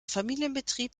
familienbetrieb